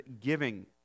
giving